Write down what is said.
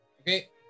Okay